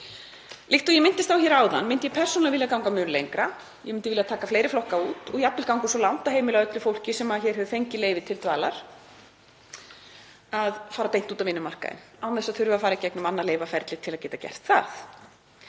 Líkt og ég minntist á hér áðan myndi ég persónulega vilja ganga mun lengra. Ég myndi vilja taka fleiri flokka út og jafnvel ganga svo langt að heimila öllu fólki sem hér hefur fengið leyfi til dvalar að fara beint út á vinnumarkaðinn án þess að þurfa að fara í gegnum annað leyfaferli til að geta gert það.